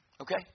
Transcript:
Okay